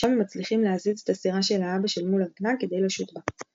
שם הם מצליחים להזיז את הסירה של האבא של מולר קנאג כדי לשוט בה.